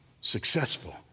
successful